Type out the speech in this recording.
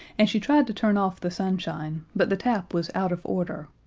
and she tried to turn off the sunshine, but the tap was out of order,